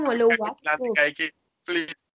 Please